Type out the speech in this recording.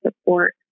support